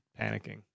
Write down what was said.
panicking